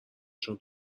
چون